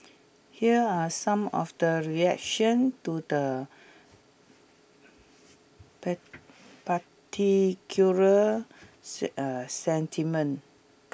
here are some of the reaction to the particular sentiment